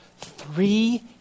three